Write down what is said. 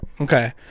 Okay